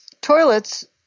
toilets